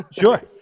sure